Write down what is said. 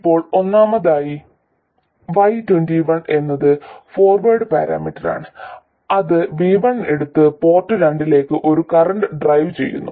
ഇപ്പോൾ ഒന്നാമതായി y21 എന്നത് ഫോർവേഡ് പാരാമീറ്ററാണ് അത് v1 എടുത്ത് പോർട്ട് രണ്ടിലേക്ക് ഒരു കറന്റ് ഡ്രൈവ് ചെയ്യുന്നു